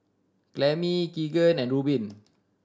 Clemie Keegan and Rubin